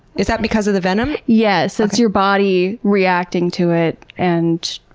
is that because of the venom? yes, it's your body reacting to it and